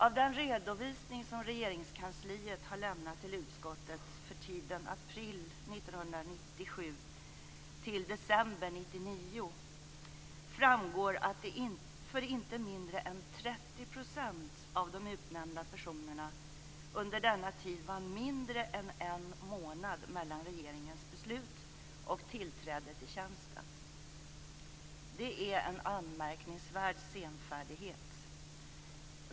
Av den redovisning som Regeringskansliet har lämnat till utskottet för tiden april 1997 till december 1999 framgår att det för inte mindre än 30 % av de utnämnda personerna under denna tid var mindre än en månad mellan regeringens beslut och tillträdet till tjänsten. Det är en anmärkningsvärd senfärdighet.